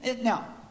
Now